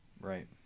Right